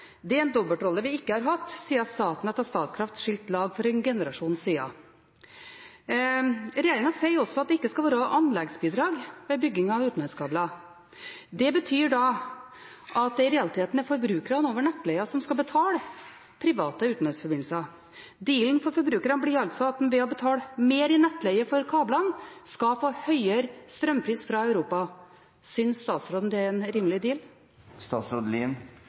Det er en dobbeltrolle vi ikke har hatt siden Statnett og Statkraft skilte lag for en generasjon siden. Regjeringen sier også at det ikke skal være anleggsbidrag ved bygging av utenlandskabler. Det betyr at det i realiteten er forbrukerne, over nettleien, som skal betale private utenlandsforbindelser. Dealen for forbrukerne blir altså at en ved å betale mer i nettleie for kablene skal få høyere strømpris fra Europa. Synes statsråden det er en